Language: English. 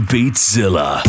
Beatzilla